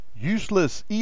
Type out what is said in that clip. Useless